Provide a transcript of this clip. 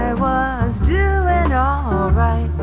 was due and